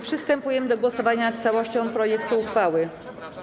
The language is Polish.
Przystępujemy do głosowania nad całością projektu uchwały.